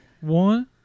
One